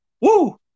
woo